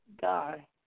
guy